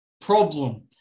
problem